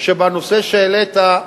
שבנושא שהעלית,